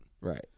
Right